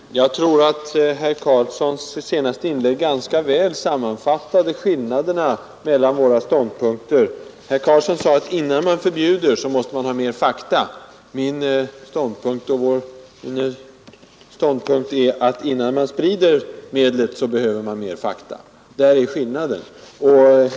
Herr talman! Jag tror att herr Karlssons i Huskvarna senaste inlägg ganska väl sammanfattade skillnaden mellan våra ståndpunkter. Herr Karlsson sade, att innan man förbjuder måste man ha mer fakta. Min ståndpunkt är att innan man sprider medlet behöver man mer fakta. Där är skillnaden.